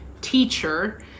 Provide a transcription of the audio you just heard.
teacher